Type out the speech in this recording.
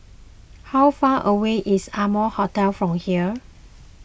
how far away is Amoy Hotel from here